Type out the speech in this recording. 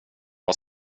har